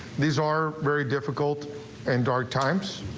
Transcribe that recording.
these are very difficult and our times.